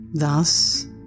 Thus